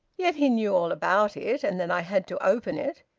yet he knew all about it, and that i had to open it.